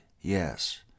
yes